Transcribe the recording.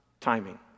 timing